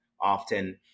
often